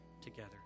together